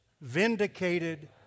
vindicated